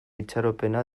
itxaropena